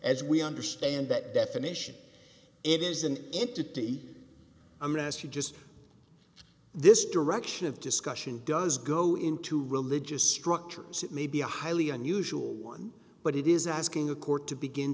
as we understand that definition it is an entity i'm asked you just this direction of discussion does go into religious structures it may be a highly unusual one but it is asking a court to begin